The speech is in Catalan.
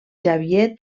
xavier